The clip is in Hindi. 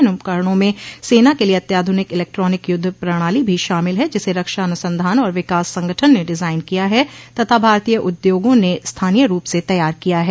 इन उपकरणों में सेना के लिए अत्याधुनिक इलेक्ट्रॉनिक युद्ध प्रणाली भी शामिल हैं जिसे रक्षा अनुसंधान और विकास संगठन ने डिजाइन किया है तथा भारतीय उद्योगों ने स्थानीय रूप से तैयार किया है